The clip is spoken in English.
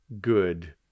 good